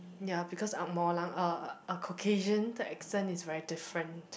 ya because Ang-Moh-Lang uh a Caucasian accent is very different